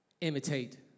Imitate